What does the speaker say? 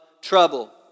trouble